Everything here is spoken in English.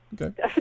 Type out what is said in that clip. Okay